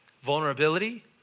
vulnerability